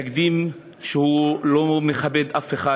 תקדים שלא מכבד אף אחד,